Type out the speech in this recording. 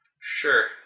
Sure